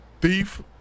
Thief